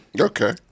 Okay